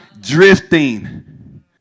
Drifting